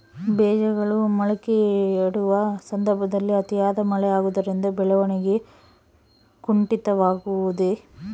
ಬೇಜಗಳು ಮೊಳಕೆಯೊಡೆಯುವ ಸಂದರ್ಭದಲ್ಲಿ ಅತಿಯಾದ ಮಳೆ ಆಗುವುದರಿಂದ ಬೆಳವಣಿಗೆಯು ಕುಂಠಿತವಾಗುವುದೆ?